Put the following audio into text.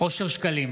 אושר שקלים,